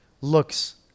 looks